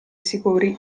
sicuri